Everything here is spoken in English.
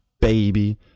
baby